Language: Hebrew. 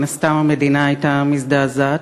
מן הסתם המדינה הייתה מזדעזעת,